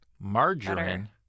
margarine